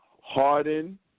Harden